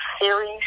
series